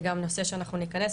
זה גם נושא שאנחנו ניכנס.